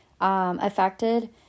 affected